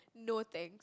no thanks